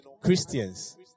Christians